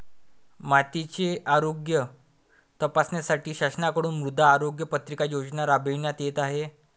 मातीचे आरोग्य तपासण्यासाठी शासनाकडून मृदा आरोग्य पत्रिका योजना राबविण्यात येत आहे